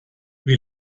wie